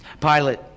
Pilate